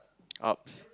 Ups